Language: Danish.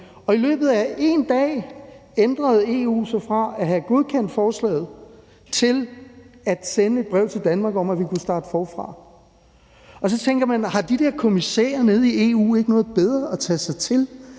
i løbet af én dag ændrede EU sig fra at have godkendt forslaget til at sende et brev til Danmark om, at vi kunne starte forfra. Så tænker man, om de der kommissærer nede i EU ikke har noget bedre at tage sig til